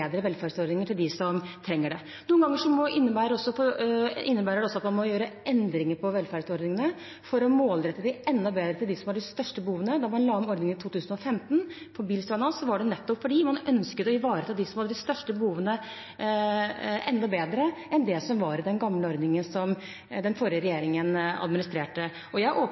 velferdsordninger til dem som trenger det. Noen ganger innebærer det også at man må gjøre endringer i velferdsordningene for å målrette dem enda bedre til dem som har de største behovene. Da man la inn ordningen for bilstønad i 2015, var det nettopp fordi man ønsket å ivareta dem som har de største behovene, enda bedre enn det som lå i den gamle ordningen som den forrige regjeringen administrerte. Jeg er åpen for, interessert i og